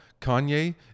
kanye